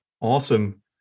awesome